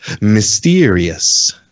Mysterious